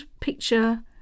picture